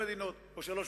ונדון